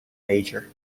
major